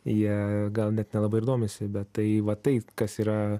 jie gal net nelabai ir domisi bet tai va taip kas yra